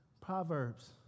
proverbs